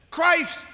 Christ